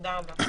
תודה רבה.